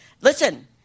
listen